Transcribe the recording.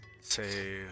say